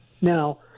Now